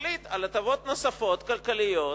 מחליט על הטבות נוספות, כלכליות,